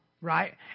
right